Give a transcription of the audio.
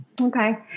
Okay